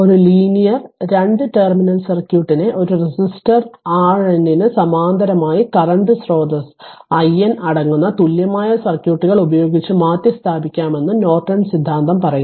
ഒരു linear 2 terminal സർക്യൂട്ടിനെ ഒരു റെസിസ്റ്റർ R n ന് സമാന്തരമായി കറന്റ് സ്രോതസ്സ് iN അടങ്ങുന്ന തുല്യമായ സർക്യൂട്ടുകൾ ഉപയോഗിച്ച് മാറ്റിസ്ഥാപിക്കാമെന്ന് നോർട്ടൺ സിദ്ധാന്തം പറയുന്നു